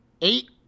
eight